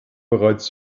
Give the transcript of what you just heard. bereits